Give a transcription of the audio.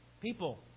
people